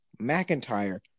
McIntyre